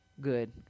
good